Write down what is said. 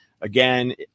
again